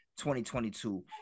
2022